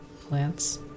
Plants